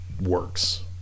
works